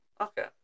Okay